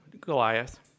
Goliath